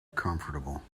comfortable